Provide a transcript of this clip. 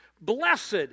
Blessed